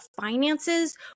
finances